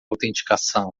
autenticação